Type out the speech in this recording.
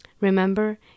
Remember